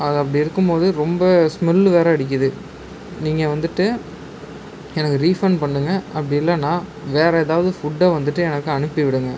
அத அப்படி இருக்கும்போது ரொம்ப ஸ்மெல் வேற அடிக்குது நீங்கள் வந்துட்டு எனக்கு ரீஃபண்ட் பண்ணுங்கள் அப்படி இல்லைனா வேற எதாவது ஃபுட்டை வந்துட்டு எனக்கு அனுப்பி விடுங்கள்